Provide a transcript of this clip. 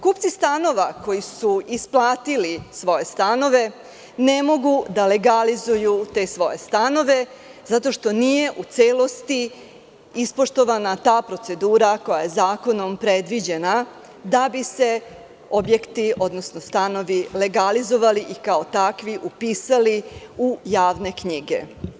Kupci stanova, koji su isplatili svoje stanove, ne mogu da legalizuju te svoje stanove zato što nije u celosti ispoštovana ta procedura koja je zakonom predviđena da bi se objekti, odnosno stanovi legalizovali i kao takvi upisali u javne knjige.